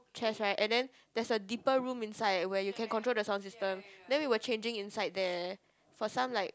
chairs right and then there's a deeper room inside where you can control the sound system then we were changing inside there for some like